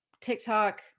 TikTok